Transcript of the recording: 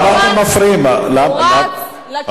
הוא רץ לכיוון הלא-נכון,